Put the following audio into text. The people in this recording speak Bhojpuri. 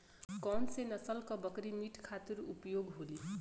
कौन से नसल क बकरी मीट खातिर उपयोग होली?